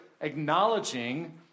acknowledging